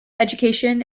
education